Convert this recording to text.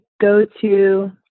go-to